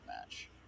match